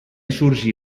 sorgí